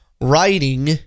writing